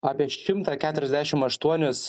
apie šimtą keturiasdešim aštuonis